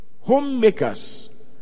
homemakers